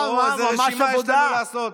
איזה רשימה יש לנו לעשות.